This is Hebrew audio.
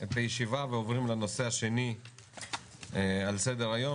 את הישיבה ועוברים לנושא השני על סדר-היום,